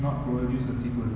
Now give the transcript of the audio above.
not produce a sequel